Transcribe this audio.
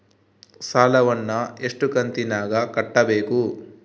ಸಾಲವನ್ನ ಎಷ್ಟು ಕಂತಿನಾಗ ಕಟ್ಟಬೇಕು?